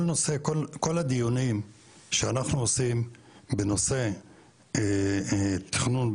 כל הדיונים שאנחנו עושים בנושא תכנון,